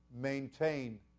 maintain